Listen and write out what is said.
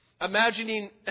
Imagining